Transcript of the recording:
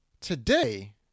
Today